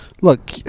look